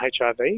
HIV